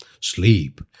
Sleep